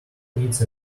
needs